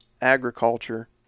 agriculture